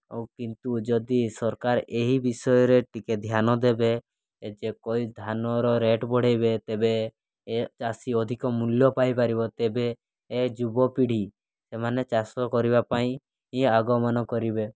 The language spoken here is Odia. ଆଉ କିନ୍ତୁ ଯଦି ସରକାର ଏହି ବିଷୟରେ ଟିକିଏ ଧ୍ୟାନ ଦେବେ ଯେ କି ଧାନର ରେଟ୍ ବଢ଼ାଇବେ ତେବେ ଏ ଚାଷୀ ଅଧିକ ମୂଲ୍ୟ ପାଇପାରିବ ତେବେ ଏ ଯୁବପିଢ଼ି ସେମାନେ ଚାଷ କରିବା ପାଇଁ ହିଁ ଆଗମନ କରିବେ